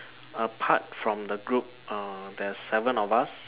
apart from the group uh there's seven of us